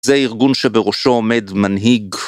זה ארגון שבראשו עומד מנהיג.